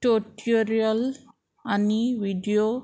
tutorial आनी video